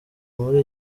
muri